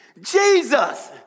Jesus